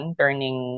turning